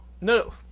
No